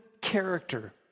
character